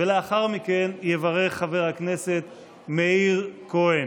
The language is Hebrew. לאחר מכן יברך חבר הכנסת מאיר כהן.